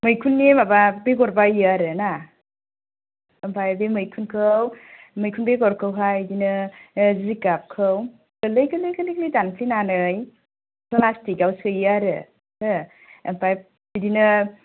मैखुननि माबा बेगर बायो आरोना आमफ्राय बे मैखुनखौ मैखुन बेगरखौहाय बिदिनो जिगाबखौ गोरलै गोरलै गोरलै दानफ्लेनानै प्लासटिकआव सोयो आरो हो आमफ्राय बिदिनो